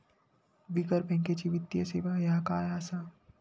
बिगर बँकेची वित्तीय सेवा ह्या काय असा?